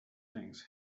things